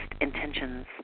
intentions